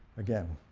again,